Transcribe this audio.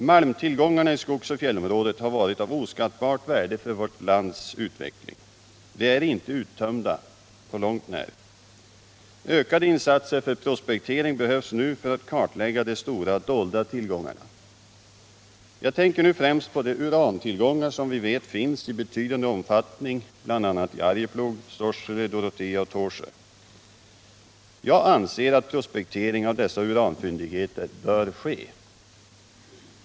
Malmtillgångarna i skogsoch fjällområdet har varit av oskattbart värde för vårt lands utveckling. De är inte uttömda på långt när. Ökade insatser för prospektering behövs nu för att kartlägga de stora dolda tillgångarna. Jag tänker nu främst på de urantillgångar som vi vet finns i betydande omfattning bl.a. i Arjeplog, Sorsele, Dorotea och Tåsjö. Jag anser att prospektering av dessa uranfyndigheter bör ske.